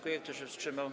Kto się wstrzymał?